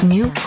New